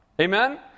Amen